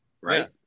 Right